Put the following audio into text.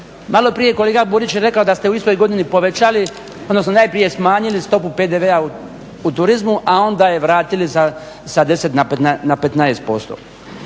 Malo prije kolega Burić je rekao da ste u istoj godini povećali, odnosno najprije smanjili stopu PDV-a u turizmu, a onda je vratili sa 10 na 15%.